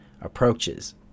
approaches